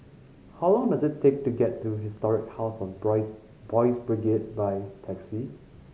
how long does it take to get to Historic House of Boys' Brigade by taxi